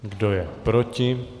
Kdo je proti?